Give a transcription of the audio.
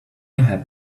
had